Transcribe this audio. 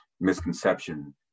misconception